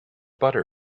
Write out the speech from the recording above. butter